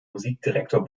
musikdirektor